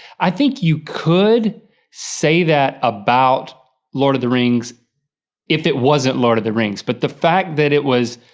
i think you could say that about lord of the rings if it wasn't lord of the rings but the fact that it was,